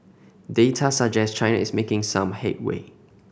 data suggest China is making some headway